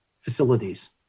facilities